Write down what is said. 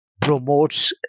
promotes